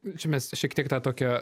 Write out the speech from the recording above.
čia mes šiek tiek tą tokią